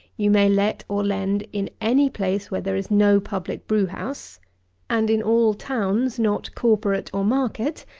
you may let, or lend, in any place where there is no public brewhouse and in all towns not corporate or market,